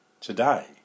today